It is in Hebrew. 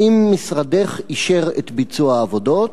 1. האם משרדך אישר את ביצוע העבודות?